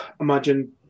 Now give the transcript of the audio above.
imagine